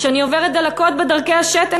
שאני עוברת דלקות בדרכי השתן,